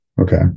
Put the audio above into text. Okay